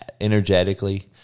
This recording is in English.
energetically